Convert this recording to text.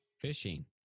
Fishing